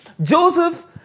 Joseph